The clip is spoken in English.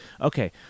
Okay